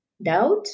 Doubt